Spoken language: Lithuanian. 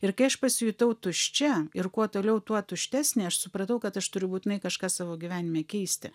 ir kai aš pasijutau tuščia ir kuo toliau tuo tuštesnė aš supratau kad aš turiu būtinai kažką savo gyvenime keisti